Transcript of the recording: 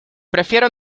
prefiero